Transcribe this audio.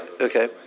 Okay